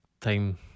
time